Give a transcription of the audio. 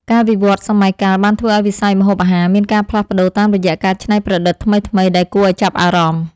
ការវិវឌ្ឍនៃសម័យកាលបានធ្វើឱ្យវិស័យម្ហូបអាហារមានការផ្លាស់ប្តូរតាមរយៈការច្នៃប្រឌិតថ្មីៗដែលគួរឱ្យចាប់អារម្មណ៍។